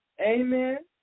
Amen